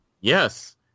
Yes